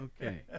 Okay